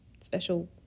special